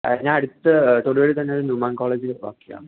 ഞാൻ അടുത്ത് തൊടുപുഴയിൽ തന്നെ ഒരു ന്യൂമാൻ കോളേജിൽ വർക്ക് ചെയ്യുകയാണ്